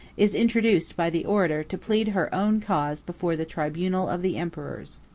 is introduced by the orator to plead her own cause before the tribunal of the emperors.